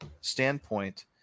standpoint